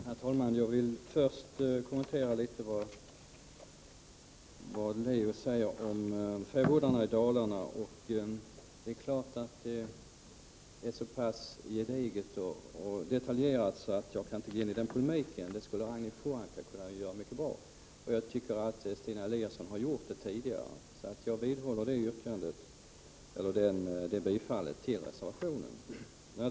Herr talman! Jag vill först något kommentera det Leo Persson sade om fäbodarna i Dalarna. Det han sade var så pass gediget och detaljerat att jag inte kan ge mig in i den polemiken, vilket däremot Ragnhild Pohanka mycket väl skulle kunnat göra. Jag tycker att Stina Eliasson har redogjort mycket bra för frågan tidigare, och jag vidhåller mitt bifall till reservation nr3.